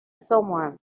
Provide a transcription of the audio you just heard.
someone